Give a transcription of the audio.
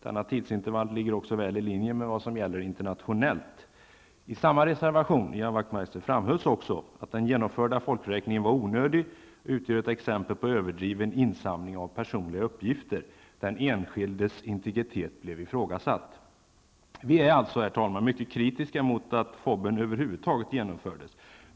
Denna tidsintervall ligger också väl i linje med vad som gäller internationellt. I samma reservation, Ian Wachtmeister, framhölls också att den genomförda folkräkningen var onödig, att den utgjorde ett exempel på överdriven insamling av personliga uppgifter, där den enskildes integritet blev ifrågasatt. Vi är alltså, herr talman, mycket kritiska mot att folk och bostadsräkningen över huvud taget genomfördes.